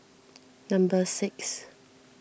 number six